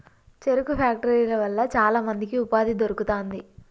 చెరుకు ఫ్యాక్టరీల వల్ల చాల మందికి ఉపాధి దొరుకుతాంది